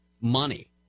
money